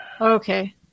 Okay